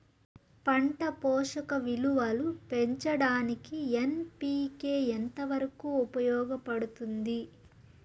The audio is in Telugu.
పంట పోషక విలువలు పెంచడానికి ఎన్.పి.కె ఎంత వరకు ఉపయోగపడుతుంది